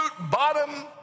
bottom